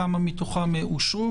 כמה מתוכם אושרו?